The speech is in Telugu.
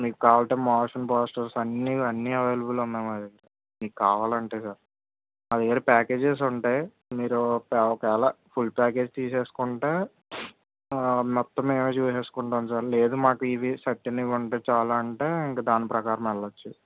మీకు కావల్సిస్తే మోషన్ పోస్టర్స్ అన్నీ అన్నీ అవైలబుల్ ఉన్నాయి మా దగ్గర మీకు కావాలంటే సార్ మా దగ్గర ప్యాకేజెస్ ఉంటాయి మీరు ఒక ఒకవేళ ఫుల్ ప్యాకేజ్ తీసుకుంటే మొత్తం మేము చూసుకుంటాము సార్ లేదు మాకు ఇవి సర్టైన్ ఇవి ఉంటే చాలు అని అంటే ఇంక దాని ప్రకారం వెళ్ళవచ్చు